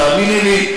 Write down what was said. תאמיני לי,